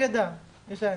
תודה, גברתי היושבת-ראש,